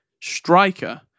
striker